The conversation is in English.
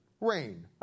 Rain